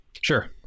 sure